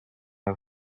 out